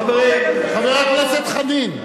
חבר הכנסת חנין.